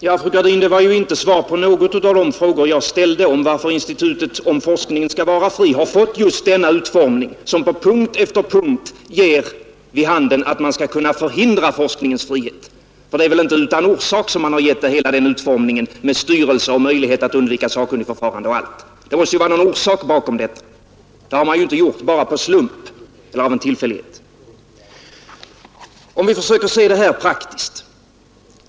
Herr talman! Ja, fru Gradin, det var ju inte svar på någon av de frågor jag ställde om varför institutet, om forskningen skall vara fri, har fått just denna utformning som på punkt efter punkt ger vid handen att man skall kunna förhindra forskningens frihet. Det är väl inte utan orsak som man har givit det hela denna utformning med styrelsen, med möjlighet att undvika sakkunnigförfarande och allt annat. Det måste vara någon orsak bakom detta — det har man inte gjort bara av en slump eller av en tillfällighet. Vi kan försöka se detta praktiskt.